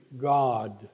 God